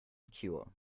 cure